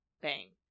bang